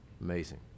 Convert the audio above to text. Amazing